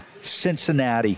Cincinnati